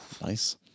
Nice